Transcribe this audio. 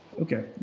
Okay